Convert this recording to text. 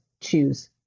choose